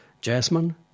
Jasmine